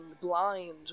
blind